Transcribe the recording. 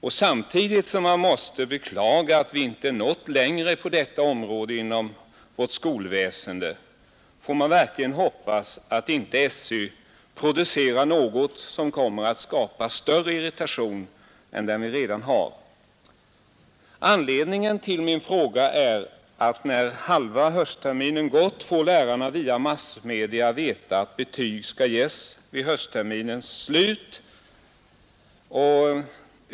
Samtidigt som man måste beklaga att vi inte nått längre på detta område inom vårt skolväsende får man verkligen hoppas att skolöverstyrelsen inte producerar något som kommer att skapa större irritation än den vi redan har. Anledningen till min fråga är att när halva höstterminen gått får lärarna via massmedia veta att betyg skall ges för höstterminen.